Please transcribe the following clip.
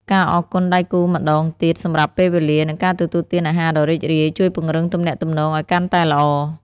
ការអរគុណដៃគូម្ដងទៀតសម្រាប់ពេលវេលា និងការទទួលទានអាហារដ៏រីករាយ ជួយពង្រឹងទំនាក់ទំនងឱ្យកាន់តែល្អ។